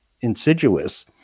insidious